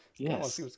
yes